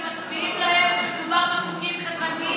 אנחנו נמצאים ומצביעים להם כשמדובר בחוקים חברתיים,